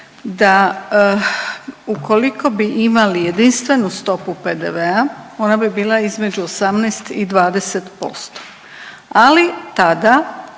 da ukoliko bi imali jedinstvenu stopu PDV-a ona bi bila između 18 i 20%. Ali tada